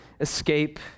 escape